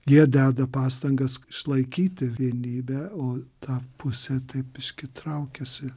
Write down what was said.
jie deda pastangas išlaikyti vienybę o ta pusė taip biškį traukiasi